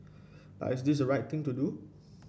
but is the right thing to do